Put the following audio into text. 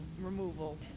removal